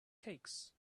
cakes